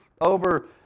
over